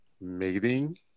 mating